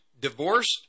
divorced